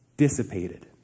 dissipated